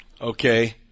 okay